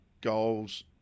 goals